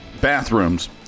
bathrooms